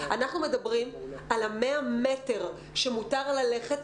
אנחנו מדברים על ה-100 מטר שמותר ללכת,